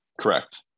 Correct